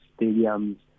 stadiums